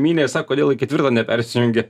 mynė i sak kodėl į ketvirtą nepersijungia